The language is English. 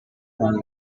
when